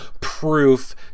proof